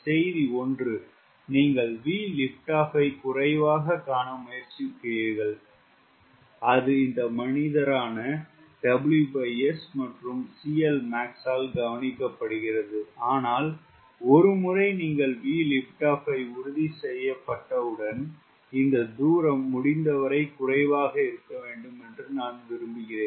செய்தி ஒன்று நீங்கள் VLO ஐ குறைவாகக் காண முயற்சிக்கிறீர்கள் அது இந்த மனிதர் WS மற்றும் CLmax ஆல் கவனிக்கப்படுகிறது ஆனால் ஒரு முறை VLO ஐ உறுதி செய்யப்பட்டவுடன் இந்த தூரம் முடிந்தவரை குறைவாக இருக்க வேண்டும் என்று நான் விரும்புகிறேன்